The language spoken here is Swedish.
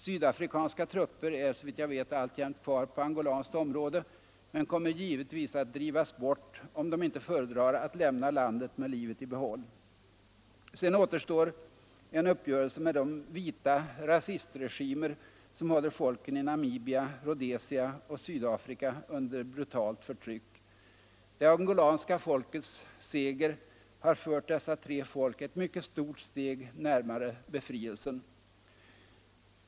Sydafrikanska trupper är så vitt jag vet alltjämt kvar på angolanskt område men kommer givetvis att drivas bort om de inte föredrar att lämna landet med livet i behåll. Sedan återstår en uppgörelse med de vita rasistregimer som håller folken i Namibia, Rhodesia och Sydafrika under brutalt förtryck. Det angolanska folkets seger har fört dessa tre folk ett mycket stort steg närmare befrielsen.